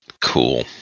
cool